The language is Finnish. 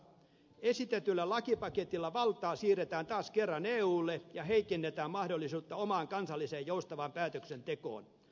esitetyllä lakipaketilla valtaa siirretään taas kerran eulle ja heikennetään mahdollisuutta omaan kansalliseen joustavaan päätöksentekoon